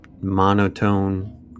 monotone